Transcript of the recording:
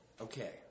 Okay